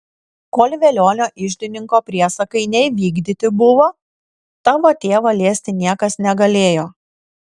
kol velionio iždininko priesakai neįvykdyti buvo tavo tėvo liesti niekas negalėjo